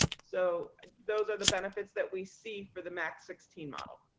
so those are the benefits that we see for the max sixteen model.